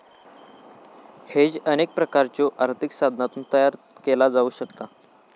hedge अनेक प्रकारच्यो आर्थिक साधनांतून तयार केला जाऊ शकता